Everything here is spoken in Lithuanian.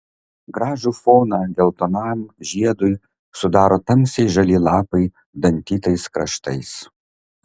gražų foną geltonam žiedui sudaro tamsiai žali lapai dantytais kraštais